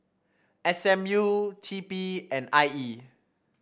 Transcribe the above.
S M U T P and I E